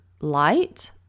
light